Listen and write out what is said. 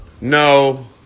No